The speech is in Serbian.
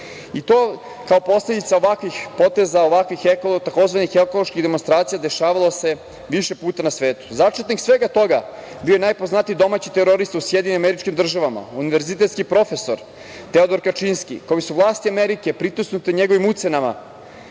i to kao posledica ovakvih poteza, ovakvih ekologa takozvanih i ekoloških demonstracija dešavalo se više puta na svetu.Začetnik svega toga bio je najpoznatiji domaći terorista u SAD, univerzitetski profesor, Teodorka Kačinski, kome su vlasti Amerike pritisnute njegovim ucenama